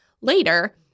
later